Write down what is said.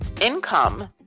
income